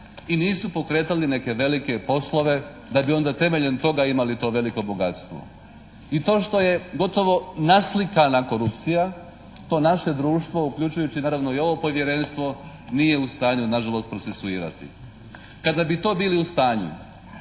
i nisu pokretali neke velike poslove. Da bi onda temeljem toga imali to veliko bogatstvo. I to što je gotovo naslikana korupcija to naše društvo uključujući naravno i ovo Povjerenstvo nije u stanju nažalost procesuirati. Kada bi to bili u stanju